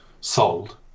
sold